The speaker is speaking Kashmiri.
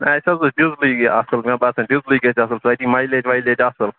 نہَ اَسہِ حظ گٔژھ ڈِزلٕے یہِ اَصٕل مےٚ باسان ڈِزلٕے گَژھِ اَصٕل سۄ دِیہِ مایلیج وایلیج اَصٕل